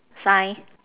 sign